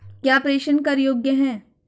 क्या प्रेषण कर योग्य हैं?